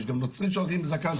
יש גם נוצרים שהולכים עם זקן,